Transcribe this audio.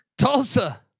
Tulsa